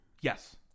Yes